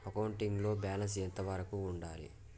Accounting లో balance ఎంత వరకు ఉండాలి?